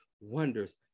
wonders